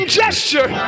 gesture